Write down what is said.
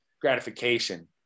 gratification